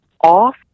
Off